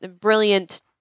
brilliant